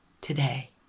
today